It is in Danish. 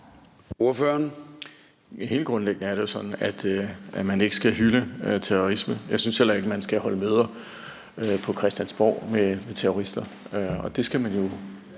(S): Helt grundlæggende er det sådan, at man ikke skal hylde terrorisme. Jeg synes heller ikke, at man skal holde møder på Christiansborg med terrorister, og man skal jo